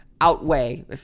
outweigh